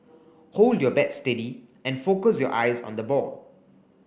hold your bat steady and focus your eyes on the ball